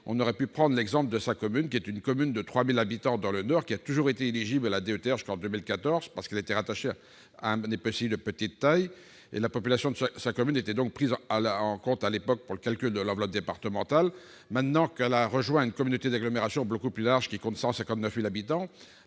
aurait pu prendre l'exemple de sa commune de 3 000 habitants dans le Nord, qui a toujours été éligible à la DETR jusqu'en 2014, parce qu'elle était rattachée à un EPCI de petite taille. La population de sa commune était donc à l'époque prise en compte pour le calcul de l'enveloppe départementale. À présent qu'elle a rejoint une communauté d'agglomération beaucoup plus large, qui compte 159 000 habitants,